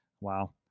Wow